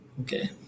Okay